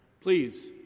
Please